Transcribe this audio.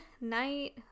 night